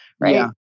right